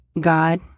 God